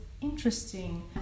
interesting